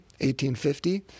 1850